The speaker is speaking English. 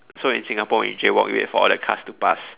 so in Singapore when you jaywalk you wait for all the cars to pass